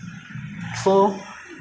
so it's under ang mo kio hougang lah